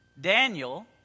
Daniel